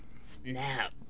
snap